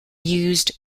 used